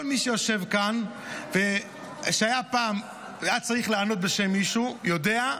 כל מי שיושב כאן והיה פעם צריך לענות בשם מישהו יודע,